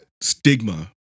stigma